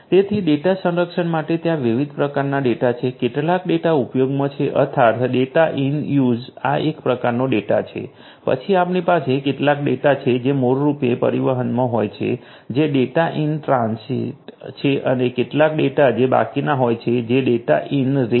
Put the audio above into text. તેથી ડેટા સંરક્ષણ માટે ત્યાં વિવિધ પ્રકારનાં ડેટા છે કેટલાક ડેટા ઉપયોગમાં છે અર્થાત ડેટા ઈન યુઝ આ એક પ્રકારનો ડેટા છે પછી આપણી પાસે કેટલાક ડેટા છે જે મૂળ રૂપે પરિવહનમાં હોય જે ડેટા ઈન ટ્રાંસિટ છે અને કેટલાક ડેટા જે બાકીના હોય છે જે ડેટા ઈન રેસ્ટ